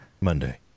Monday